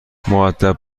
مودب